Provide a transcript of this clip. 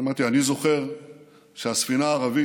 אני אמרתי: אני זוכר שהספינה הערבית